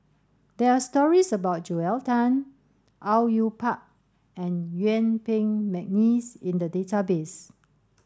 there are stories about Joel Tan Au Yue Pak and Yuen Peng McNeice in the database